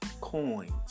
coins